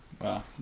wow